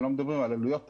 אנחנו לא מדברים על העלויות,